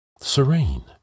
serene